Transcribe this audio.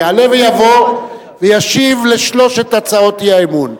יעלה ויבוא וישיב על שלוש הצעות האי-אמון,